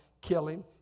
killing